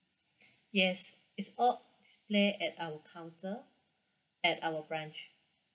yes it's all display at our counter at our branch